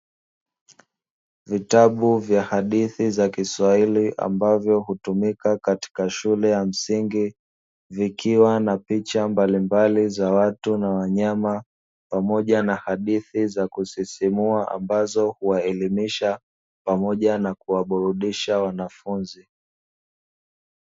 Vitabu vya hadithi za kiswahili ambavyo hutumika katika shule ya msingi, vikiwa na picha mbalimbali za watu na wanyama, pamoja na hadithi za kusisimua ambazo huwaelimisha, pamoja na kuwaburudisha wanafunzi.